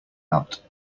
out